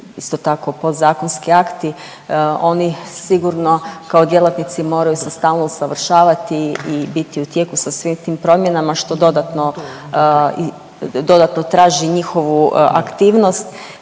isto tako podzakonski akti, oni sigurno kao djelatnici moraju se stalno usavršavati i biti u tijeku sa svim tim promjenama što dodatno, dodatno traži njihovu aktivnost